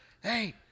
hey –